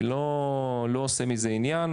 אני לא עושה מזה עניין,